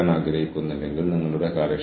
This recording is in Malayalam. ഉദാഹരണത്തിന് സിനിമാ നിർമ്മാണം